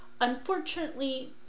Unfortunately